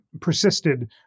persisted